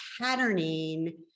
patterning